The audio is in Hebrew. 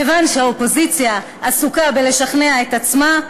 כיוון שהאופוזיציה עסוקה בלשכנע את עצמה,